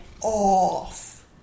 Off